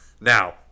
now